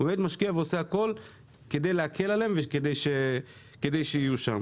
הוא באמת משקיע ועושה הכל כדי להקל עליהם וכדי שיהיו שם.